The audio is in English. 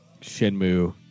Shenmue